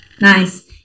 Nice